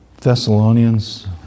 Thessalonians